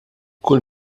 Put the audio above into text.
kull